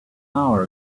hour